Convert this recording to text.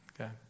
Okay